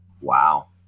wow